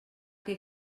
que